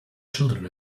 children